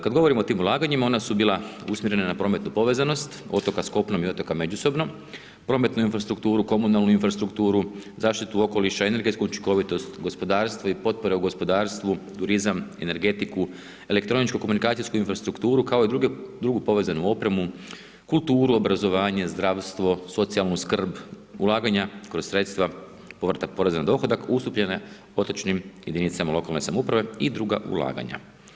Kad govorimo o tim ulaganjima ona su bila usmjerena na prometnu povezanost otoka sa kopnom i otoka međusobno, prometnu infrastrukturu, komunalnu infrastrukturu, zaštitu okoliša, energetsku učinkovitost, gospodarstvo i potpore u gospodarstvu, turizam, energetiku, elektroničko komunikacijsku infrastrukturu kao i drugu povezanu opremu, kulturu, obrazovanje, zdravstvo, socijalnu skrb, ulaganje kroz sredstva povrata poreza na dohodak ustupljene otočnim jedinicama lokalne samouprave i druga ulaganja.